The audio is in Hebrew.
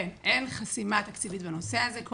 אין חסימה תקציבית בנושא הזה.